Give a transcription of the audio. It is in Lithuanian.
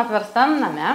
apverstam name